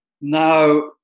now